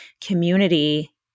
community